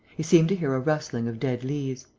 he seemed to hear a rustling of dead leaves.